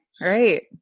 Right